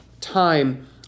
time